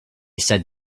said